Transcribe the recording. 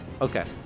Okay